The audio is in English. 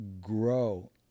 grow